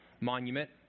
Monument